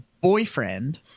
boyfriend